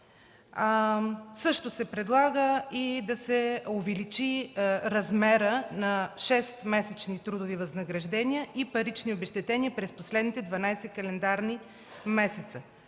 решение. Предлага се също да се увеличи размерът на шестмесечните трудови възнаграждения и парични обезщетения през последните 12 календарни месеца.